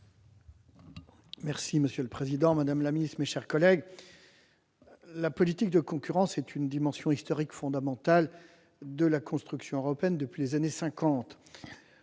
Bizet. Monsieur le président, madame la secrétaire d'État, mes chers collègues, la politique de concurrence est une dimension historique fondamentale de la construction européenne depuis les années